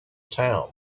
town